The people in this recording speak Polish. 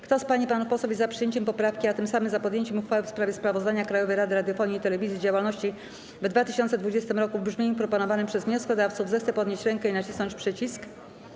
Kto z pań i panów posłów jest za przyjęciem poprawki, a tym samym za podjęciem uchwały w sprawie Sprawozdania Krajowej Rady Radiofonii i Telewizji z działalności w 2020 roku, w brzmieniu proponowanym przez wnioskodawców, zechce podnieść rękę i nacisnąć przycisk.